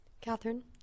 Catherine